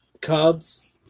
cubs